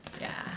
yeah